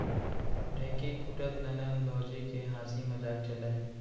ढेंकी कूटत ननंद भउजी के हांसी मजाक चलय